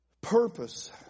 Purpose